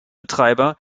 betreiber